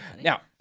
Now